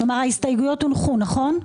כלומר, ההסתייגויות הונחו, נכון?